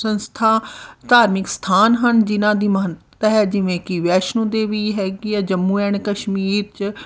ਸੰਸਥਾ ਧਾਰਮਿਕ ਸਥਾਨ ਹਨ ਜਿਨ੍ਹਾਂ ਦੀ ਮਹੱਤਤਾ ਹੈ ਜਿਵੇਂ ਕਿ ਵੈਸ਼ਨੂ ਦੇਵੀ ਹੈਗੀ ਹੈ ਜੰਮੂ ਐਂਡ ਕਸ਼ਮੀਰ 'ਚ